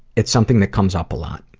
it's something that comes up a lot.